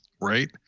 right